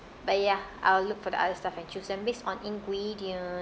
but ya I will look for the other stuff and choose and based on ingredients